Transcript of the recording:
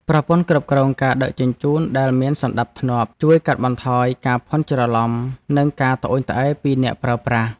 ប្រព័ន្ធគ្រប់គ្រងការដឹកជញ្ជូនដែលមានសណ្តាប់ធ្នាប់ជួយកាត់បន្ថយការភាន់ច្រឡំនិងការត្អូញត្អែរពីអ្នកប្រើប្រាស់។